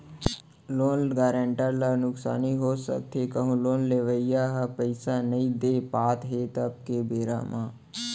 loan guarantor ल नुकसानी हो सकथे कहूँ लोन लेवइया ह पइसा नइ दे पात हे तब के बेरा म